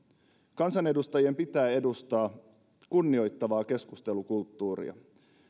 kansanedustajien pitää edustaa kunnioittavaa keskustelukulttuuria